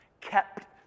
Kept